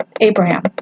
Abraham